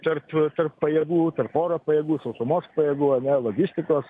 tarp tarp pajėgų oro pajėgų sausumos pajėgų logistikos